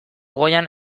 goian